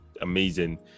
amazing